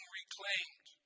reclaimed